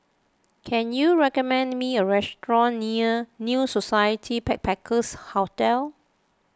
can you recommend me a restaurant near New Society Backpackers' Hotel